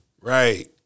Right